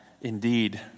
indeed